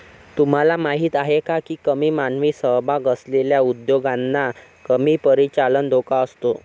तुम्हाला माहीत आहे का की कमी मानवी सहभाग असलेल्या उद्योगांना कमी परिचालन धोका असतो?